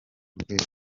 rwego